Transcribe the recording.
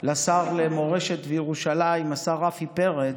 לשר למורשת וירושלים השר רפי פרץ,